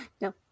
No